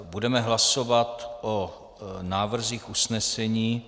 Budeme hlasovat o návrzích usnesení.